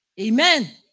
Amen